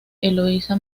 eloísa